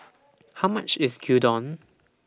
How much IS Gyudon